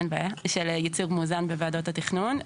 אין בעיה, בנוגע לייצוג מאוזן בוועדות התכנון.